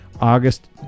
August